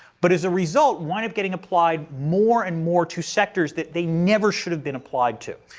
but as a result, wind up getting applied more and more to sectors that they never should have been applied to.